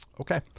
okay